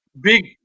Big